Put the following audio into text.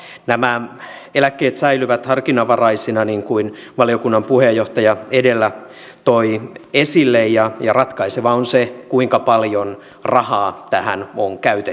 nämä eläkkeet säilyvät harkinnanvaraisina niin kuin valiokunnan puheenjohtaja edellä toi esille ja ratkaisevaa on se kuinka paljon rahaa tähän on käytettävissä